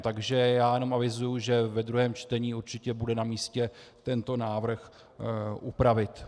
Takže já jenom avizuji, že ve druhém čtení určitě bude namístě tento návrh upravit.